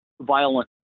violent